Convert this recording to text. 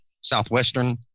southwestern